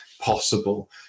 possible